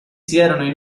stessi